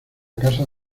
casa